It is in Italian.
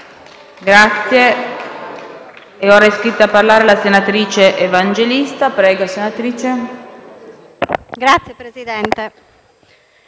Grazie